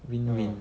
mm